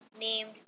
named